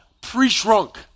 pre-shrunk